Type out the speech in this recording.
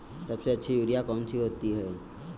सबसे अच्छी यूरिया कौन सी होती है?